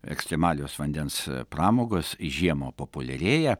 ekstremalios vandens pramogos žiemą populiarėja